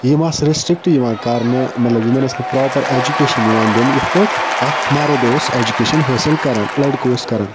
یِم آسہٕ ریٚسٹرٛکٹ یِوان کَرنہٕ مطلب یِمَن ٲس نہٕ پرٛاپَر ایٚجوکیشَن یِوان دِنہٕ یِتھ پٲٹھۍ اَکھ مَرد اوس ایٚجوکیشَن حٲصِل کَران لٔڑکہٕ اوس کَران